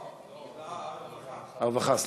לא, העבודה והרווחה.